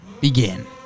begin